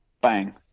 bang